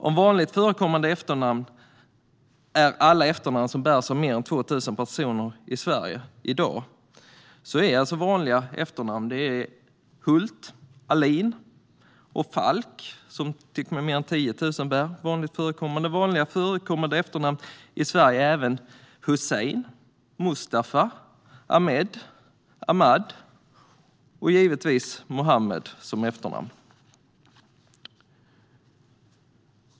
Om vanligt förekommande efternamn är alla efternamn som bärs av mer än 2 000 personer i Sverige är bland annat Hult och Ahlin vanliga efternamn, och fler än 10 000 heter Falk. Vanligt förekommande efternamn i Sverige är även Hussein, Mustafa, Ahmed, Ahmad och givetvis Mohamed.